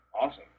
awesome